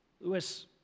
Lewis